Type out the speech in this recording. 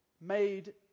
made